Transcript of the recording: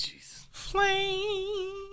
Flame